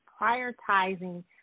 prioritizing